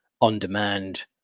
on-demand